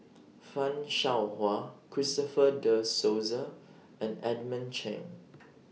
fan Shao Hua Christopher De Souza and Edmund Cheng